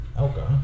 Okay